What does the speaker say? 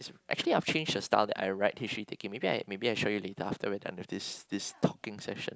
actually I've change the style that I write history taking maybe maybe I show you later after we're done with this this talking session